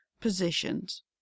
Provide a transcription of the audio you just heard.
positions